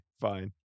fine